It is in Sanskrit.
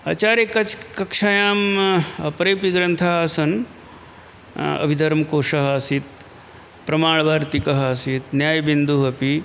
आचार्य कक्श् कक्षायां म् अपरेऽपि ग्रन्थाः आसन् अभिधर्मकोशः आसीत् प्रामाणवार्तिकः आसीत् न्यायबिन्दुः अपि